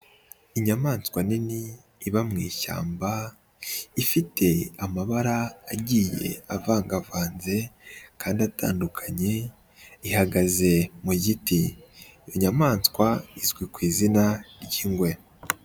Inyamaswa nini iba mu ishyamba, ifite amabara agiye avangavanze kandi atandukanye ihagaze mu giti inyamanswa izwi ku izina ry'ingwe.